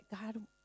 God